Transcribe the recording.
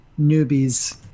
newbies